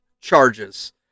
charges